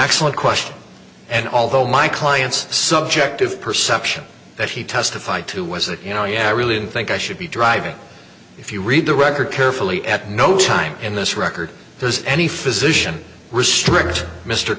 excellent question and although my client's subjective perception that he testified to was that you know yeah i really didn't think i should be driving if you read the record carefully at no time in this record there's any physician restrict mr